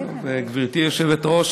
גברתי היושבת-ראש,